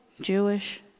Jewish